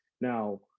Now